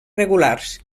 regulars